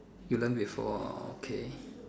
you learn before oh okay